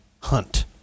Hunt